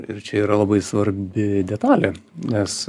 ir čia yra labai svarbi detalė nes